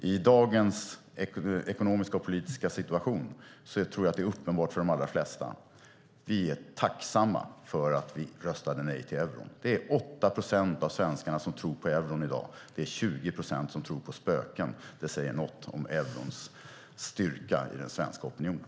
I dagens ekonomiska och politiska situation tror jag att det är uppenbart för de allra flesta. Vi är tacksamma för att vi röstade nej till euron. Det är 8 procent av svenskarna som tror på euron i dag. Det är 20 procent som tror på spöken. Det säger något om eurons styrka i den svenska opinionen.